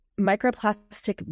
microplastic